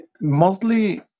Mostly